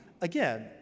again